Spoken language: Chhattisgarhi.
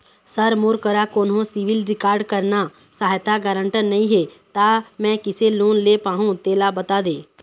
सर मोर करा कोन्हो सिविल रिकॉर्ड करना सहायता गारंटर नई हे ता मे किसे लोन ले पाहुं तेला बता दे